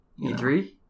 E3